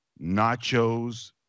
nachos